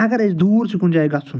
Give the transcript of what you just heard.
اَگر اَسہِ دوٗر چھِ کُنہِ جایہِ گژھُن